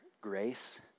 grace